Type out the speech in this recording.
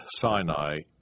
Sinai